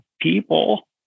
people